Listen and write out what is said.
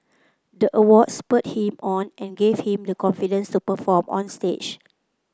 the award spurred him on and gave him the confidence to perform on stage